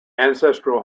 ancestral